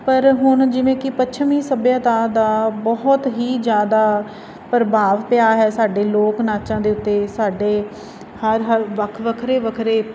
ਪਰ ਹੁਣ ਜਿਵੇਂ ਕਿ ਪੱਛਮੀ ਸੱਭਿਆਤਾ ਦਾ ਬਹੁਤ ਹੀ ਜਿਆਦਾ ਪ੍ਰਭਾਵ ਪਿਆ ਹੈ ਸਾਡੇ ਲੋਕ ਨਾਚਾਂ ਦੇ ਉੱਤੇ ਸਾਡੇ ਹਰ ਹਰ ਵੱਖ ਵੱਖਰੇ ਵੱਖਰੇ